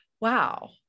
wow